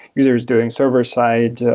users doing server side,